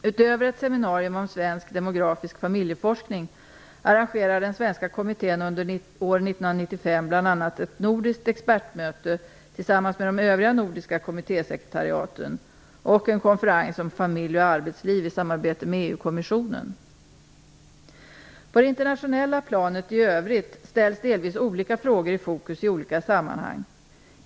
Utöver ett seminarium om svensk demografisk familjeforskning, arrangerar den svenska kommittén under år 1995 bl.a. ett nordiskt expertmöte tillsammans med de övriga nordiska kommittésekretariaten, samt en konferens om familj och arbetsliv i samarbete med EU-kommissionen. På det internationella planet i övrigt ställs delvis olika frågor i fokus i olika sammanhang.